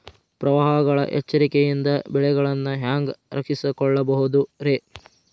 ಪ್ರವಾಹಗಳ ಎಚ್ಚರಿಕೆಯಿಂದ ಬೆಳೆಗಳನ್ನ ಹ್ಯಾಂಗ ರಕ್ಷಿಸಿಕೊಳ್ಳಬಹುದುರೇ?